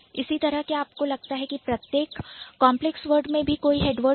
इसी तरह क्या आपको लगता है कि प्रत्येक कॉन्प्लेक्स वर्ड में भी कोई हेडवर्ड था